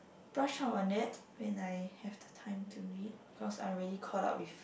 brush up on it when I have the time to read because I'm really caught up with